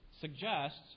suggests